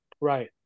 Right